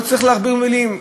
לא צריך להכביר מילים,